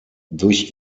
durch